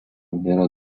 nėra